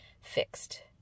fixed